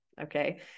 Okay